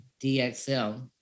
DXL